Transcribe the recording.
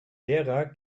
lehrer